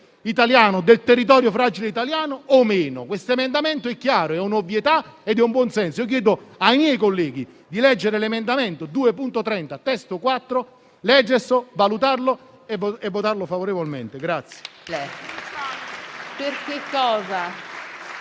l'ambiente e il territorio fragile italiano o meno. Questo emendamento è chiaro, è un'ovvietà ed è di buon senso. Chiedo ai miei colleghi di leggere l'emendamento 2.30 (testo 4), valutarlo e votarlo favorevolmente.